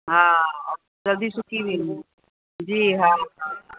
हा जल्दी सुकी वेंदा आहिनि जी हा हा